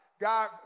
God